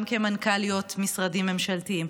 גם כמנכ"ליות משרדים ממשלתיים,